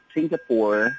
Singapore